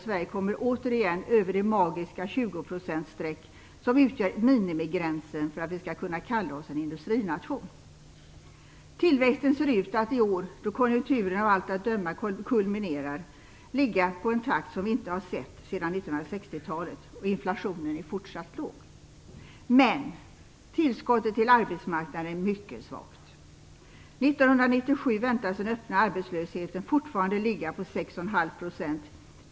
Sverige kommer återigen över det magiska 20-procentsstreck som utgör minimigränsen för att vi skall kunna kalla oss en industrination. Tillväxten ser ut att i år, då konjunkturen av allt att döma kulminerar, ha en takt som vi inte har sett sedan 1960-talet. Inflationen är fortsatt låg. Men tillskottet till arbetsmarknaden är mycket svagt. 1997 väntas den öppna arbetslösheten fortfarande ligga på 6,5 %.